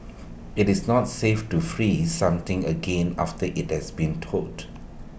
IT is not safe to freeze something again after IT has been thawed